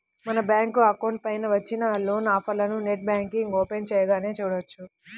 మన bank account పైన వచ్చిన లోన్ ఆఫర్లను నెట్ బ్యాంకింగ్ ఓపెన్ చేయగానే చూడవచ్చు